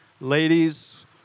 ladies